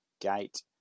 gate